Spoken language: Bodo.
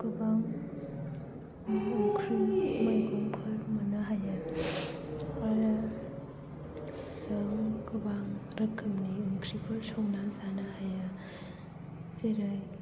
गोबां ओंख्रि मैगंफोर मोननो हायो आरो जों गोबां रोखोमनि ओंख्रिफोर संनानै जानो हायो जेरै